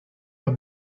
her